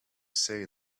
say